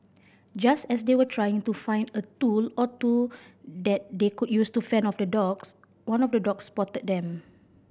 just as they were trying to find a tool or two that they could use to fend off the dogs one of the dogs spotted them